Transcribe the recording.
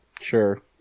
Sure